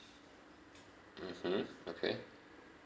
mmhmm okay